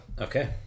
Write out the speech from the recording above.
Okay